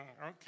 okay